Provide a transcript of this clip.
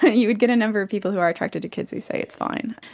you'd get a number of people who are attracted to kids who say it's fine.